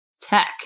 tech